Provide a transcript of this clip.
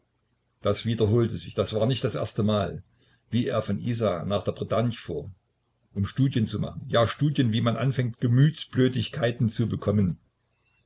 das wiederholte sich das war nicht das erste mal wie er von isa nach der bretagne fuhr um studien zu machen ja studien wie man anfängt gemütsblödigkeiten zu bekommen